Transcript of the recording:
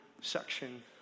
section